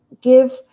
give